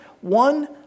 One